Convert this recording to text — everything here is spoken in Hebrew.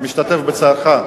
"משתתף בצערך",